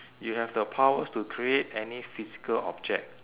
you have the powers to create any physical object